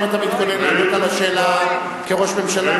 האם אתה מתכוון לענות על השאלה כראש ממשלה?